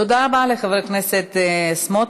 תודה רבה לחבר הכנסת סמוטריץ.